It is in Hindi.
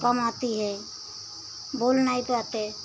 कम आती है बोल नहीं पाते